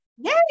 Yay